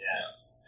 yes